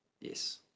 Yes